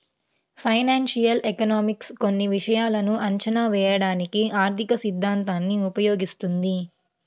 financial economics కొన్ని విషయాలను అంచనా వేయడానికి ఆర్థికసిద్ధాంతాన్ని ఉపయోగిస్తుంది